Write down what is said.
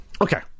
Okay